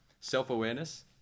Self-awareness